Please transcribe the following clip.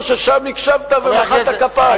או ששם הקשבת ומחאת כפיים?